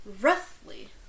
roughly